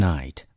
Night